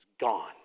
gone